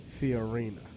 Fiorina